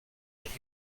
that